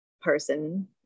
person